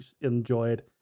enjoyed